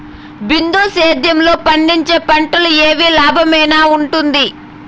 బిందు సేద్యము లో పండించే పంటలు ఏవి లాభమేనా వుంటుంది?